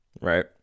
right